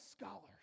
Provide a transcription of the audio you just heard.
scholars